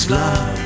love